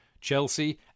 Chelsea